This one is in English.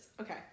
Okay